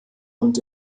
und